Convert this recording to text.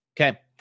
Okay